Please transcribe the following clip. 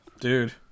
dude